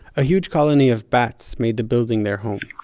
a huge colony of bats made the building their home.